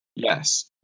Yes